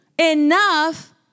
enough